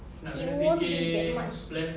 it won't be that much